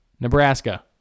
Nebraska